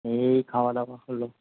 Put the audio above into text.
এই খাওয়া দাওয়া হলো